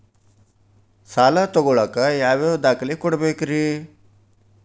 ಸಾಲ ತೊಗೋಳಾಕ್ ಯಾವ ಯಾವ ದಾಖಲೆ ಕೊಡಬೇಕ್ರಿ?